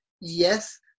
yes